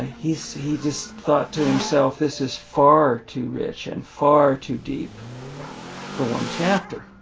he so he just thought to himself this is far too rich and far too deep for one chapter